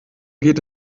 geht